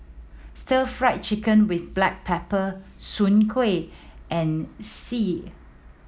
Stir Fry Chicken with black pepper Soon Kueh and xi